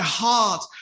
heart